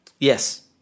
Yes